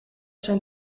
zijn